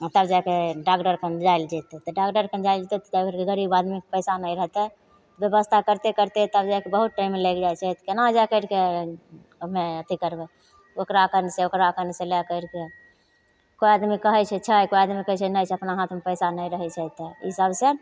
तब जाके डॉकटरकन जाएल जएतै तऽ डॉकटरकन जाएल जएतै ता घड़ी गरीब आदमी भिड़ी पइसा नहि रहतै बेबस्था करिते करिते तब जाके बहुत टाइम लागि जाइ छै तऽ कोना जा करिके हमे अथी करबै ओकराकनसे ओकराकनसे लै करिके कोइ आदमी कहै छै छै कोइ आदमी कहै छै नहि छै अपना हाथमे पइसा नहि रहै छै तऽ ई सबसे